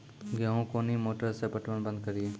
गेहूँ कोनी मोटर से पटवन बंद करिए?